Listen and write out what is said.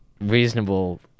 reasonable